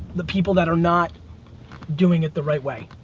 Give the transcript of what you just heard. the people that are not doing it the right way.